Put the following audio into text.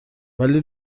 ولی